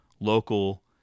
local